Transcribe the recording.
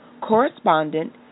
correspondent